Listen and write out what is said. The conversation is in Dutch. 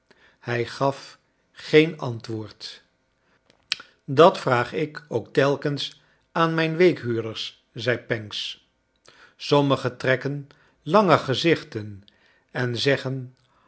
hij gaf geen antwoord dat vraag ik ook telkens aan mijn weekhuurders zei pancks sommigen trekken lange gezichten en zeggen